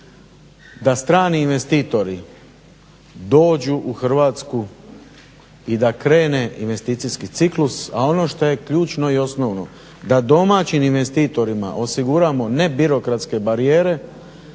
da strani investitori dođu u Hrvatsku i da krene investicijski ciklus. A ono što je ključno i osnovno, da domaćim investitorima osiguramo ne birokratske barijere,